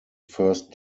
first